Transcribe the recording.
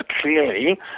clearly